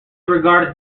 regarded